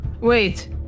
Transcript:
Wait